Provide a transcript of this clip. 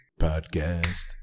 Podcast